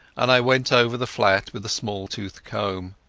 and i went over the flat with a small-tooth comb.